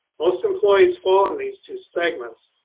most employees fall in these two segments.